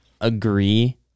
agree